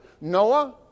Noah